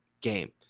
game